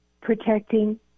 protecting